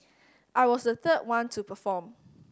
I was the third one to perform